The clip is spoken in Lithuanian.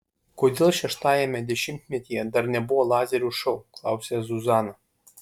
kodėl šeštajame dešimtmetyje dar nebuvo lazerių šou klausia zuzana